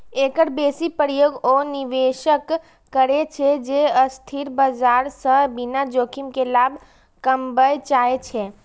एकर बेसी प्रयोग ओ निवेशक करै छै, जे अस्थिर बाजार सं बिना जोखिम के लाभ कमबय चाहै छै